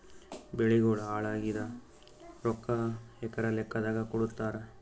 ಬೆಳಿಗೋಳ ಹಾಳಾಗಿದ ರೊಕ್ಕಾ ಎಕರ ಲೆಕ್ಕಾದಾಗ ಕೊಡುತ್ತಾರ?